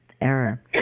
error